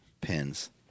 pins